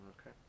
Okay